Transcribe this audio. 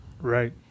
Right